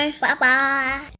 Bye-bye